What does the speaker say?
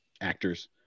actors